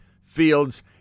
Fields